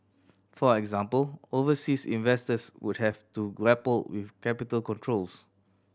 for example overseas investors would have to grapple with capital controls